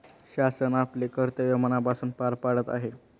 शासन आपले कर्तव्य मनापासून पार पाडत आहे